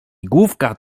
główka